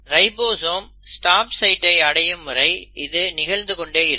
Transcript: ribosome stop சைட்டை அடையும் வரை இது நிகழ்ந்து கொண்டே இருக்கும்